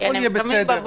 הכול יהיה בסדר.